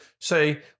say